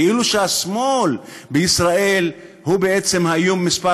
כאילו שהשמאל בישראל הוא האיום מספר